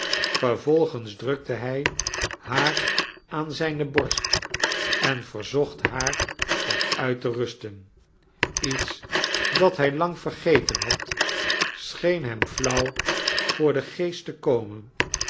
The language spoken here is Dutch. vervolgens drukte hij haar aan zijne borst en verzocht haar wat uit te rusten lets dat hij lang vergeten had scheen hem flauw voor den geest te komen